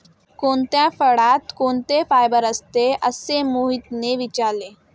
कोणत्या फळात कोणते फायबर असते? असे मोहितने विचारले